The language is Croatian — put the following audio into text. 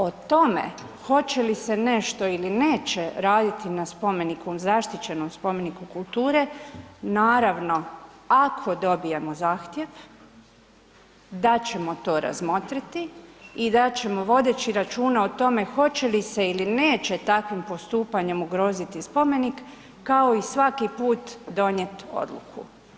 O tome hoće li se nešto ili neće raditi na spomeniku, zaštićenom spomeniku kulture, naravno, ako dobijemo zahtjev, dat ćemo to razmotriti i da ćemo, vodeći računa o tome hoće li se ili neće takvim postupanjem ugroziti spomenik, kao i svaki put donijeti odluku.